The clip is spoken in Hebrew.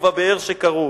ובבאר שכרו